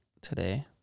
today